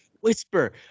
whisper